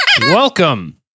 Welcome